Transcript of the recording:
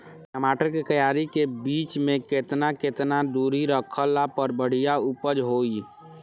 टमाटर के क्यारी के बीच मे केतना केतना दूरी रखला पर बढ़िया उपज होई?